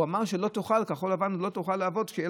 הוא אמר שכחול לבן לא תוכל לעבוד כשאין